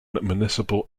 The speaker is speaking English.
municipal